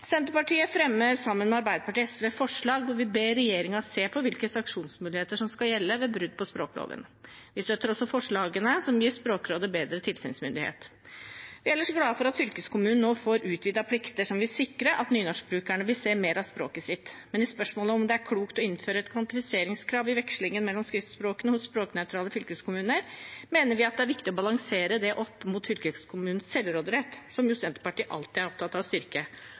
Senterpartiet fremmer sammen med Arbeiderpartiet og SV forslag hvor vi ber regjeringen se på hvilke sanksjonsmuligheter som skal gjelde ved brudd på språkloven. Vi støtter også forslagene som gir Språkrådet bedre tilsynsmyndighet. Vi er ellers glade for at fylkeskommunene nå får utvidede plikter som vil sikre at nynorskbrukerne vil se mer av språket sitt. Men i spørsmålet om det er klokt å innføre et kvantifiseringskrav i vekslingen mellom skriftspråkene hos språknøytrale fylkeskommuner, mener vi at det er viktig å balansere det opp mot fylkeskommunenes selvråderett, som jo Senterpartiet alltid er opptatt av å styrke,